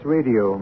Radio